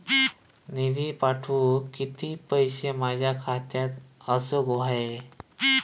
निधी पाठवुक किती पैशे माझ्या खात्यात असुक व्हाये?